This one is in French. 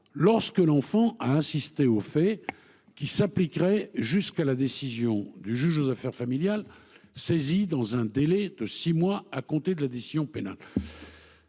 lorsque l’enfant a assisté aux faits. Il s’appliquerait jusqu’à la décision du juge aux affaires familiales, saisi dans un délai de six mois à compter de la décision pénale.